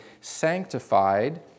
sanctified